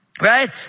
Right